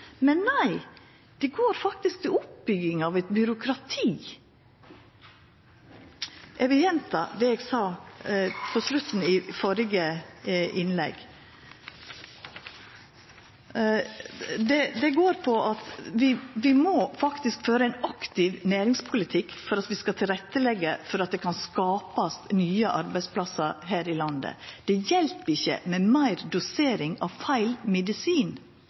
Men nei, desse arbeidsplassane går faktisk til oppbygging av eit byråkrati. Eg vil gjenta det eg sa på slutten av mitt førre innlegg: Vi må føra ein aktiv næringspolitikk for at vi skal kunne leggja til rette for at det kan skapast nye arbeidsplassar her i landet. Det hjelper ikkje med meir dosering av feil medisin.